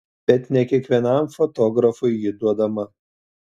bet ne kiekvienam fotografui ji duodama